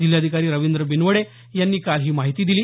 जिल्हाधिकारी रवींद्र बिनवडे यांनी काल ही माहिती दिली